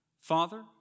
Father